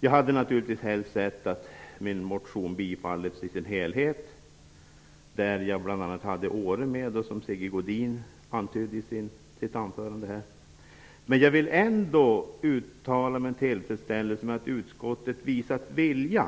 Jag hade naturligtvis helst sett att min motion hade bifallits i sin helhet, där jag även hade tagit upp Åre, som Sigge Godin talade om i sitt anförande. Jag vill ändå uttala min tillfredsställelse över att utskottet har visat vilja